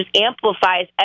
amplifies